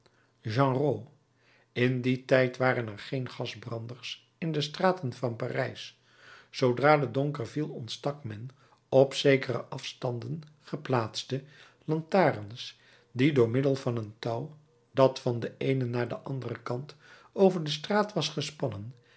genrot in dien tijd waren er geen gasbranders in de straten van parijs zoodra de donker viel ontstak men op zekere afstanden geplaatste lantaarns die door middel van een touw dat van den eenen naar den anderen kant over de straat was gespannen